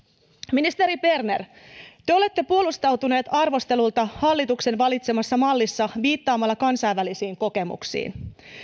ministeri berner te olette puolustautunut arvostelulta hallituksen valitsemassa mallissa viittaamalla kansainvälisiin kokemuksiin